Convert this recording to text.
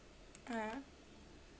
a'ah